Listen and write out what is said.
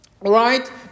right